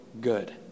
good